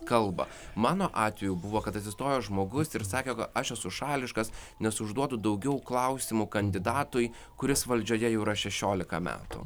kalba mano atveju buvo kad atsistojo žmogus ir sakė kad aš esu šališkas nes užduodu daugiau klausimų kandidatui kuris valdžioje jau yra šešiolika metų